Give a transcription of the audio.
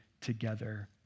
together